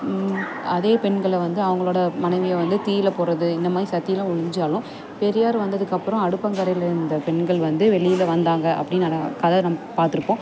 அதே பெண்களை வந்து அவங்களோடய மனைவியை வந்து தீயில் போடுறது இந்த மாதிரி சதியெல்லாம் ஒழிஞ்சாலும் பெரியார் வந்ததுக்கப்புறம் அடுப்பாங்கறையிலேருந்த பெண்கள் வந்து வெளியில் வந்தாங்க அப்படின்னு கதை நம்ம பார்த்துருப்போம்